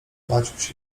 maciuś